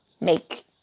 make